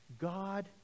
God